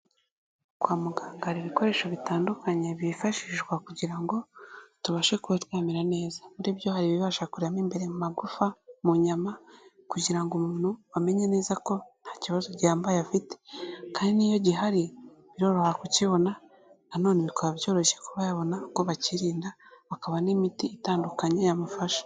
Kwa muganga hari ibikoresho bitandukanye byifashishwa kugira ngo tubashe kuba twamera neza, muri byo hari ibibasha kureba mo imbere mu magufa, mu nyama, kugira ngo umuntu amenye neza ko nta kibazo gihambaye afite, kandi n'iyo gihari biroroha kukibona nanone bikaba byoroshye kuba yabona uko bakirinda, bakabona n'imiti itandukanye yamufasha.